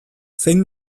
zein